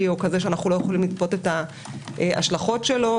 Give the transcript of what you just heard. או כזה שאנחנו לא יכולים לצפות את ההשלכות שלו.